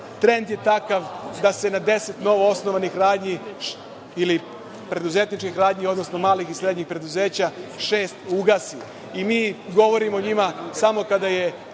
trend je takav da se na deset novoosnovanih radnji ili preduzetničkih radnji, odnosno srednjih i malih preduzeća šest ugasi i mi govorimo o njima samo kada je